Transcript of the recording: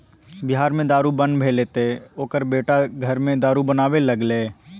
बिहार मे दारू बन्न भेलै तँ ओकर बेटा घरेमे दारू बनाबै लागलै